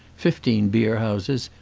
fifteen beer-houses,